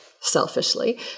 selfishly